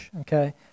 okay